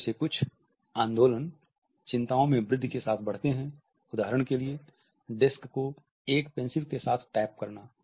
इनमें से कुछ आंदोलन चिंताओं में वृद्धि के साथ बढ़ते हैं उदाहरण के लिए डेस्क को एक पेंसिल के साथ टैप करना